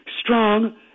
strong